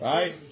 Right